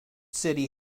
city